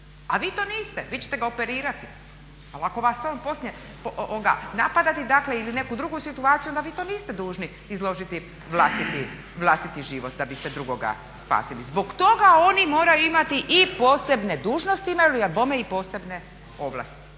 A vi to niste, vi ćete ga operirati. Ali ako vas on poslije, napadati dakle, ili neku drugu situaciju onda vi to niste dužni izložiti vlastiti život da biste drugoga spasili. Zbog toga oni moraju imati i posebne dužnosti a bome i posebne ovlasti,